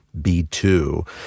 B2